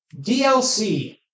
DLC